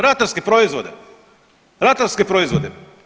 Ratarske proizvode, ratarske proizvode.